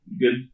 good